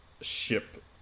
ship